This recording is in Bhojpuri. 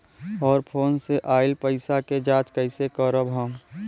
और फोन से आईल पैसा के जांच कैसे करब हम?